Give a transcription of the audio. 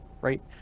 right